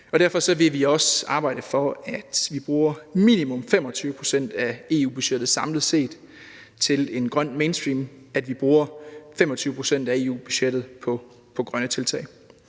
derfor vil vi også arbejde for, at man bruger minimum 25 pct. af EU-budgettet samlet set til en grøn mainstream, altså at vi bruger 25 pct. af EU-budgettet på grønne tiltag.